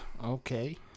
Okay